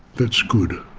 that's good,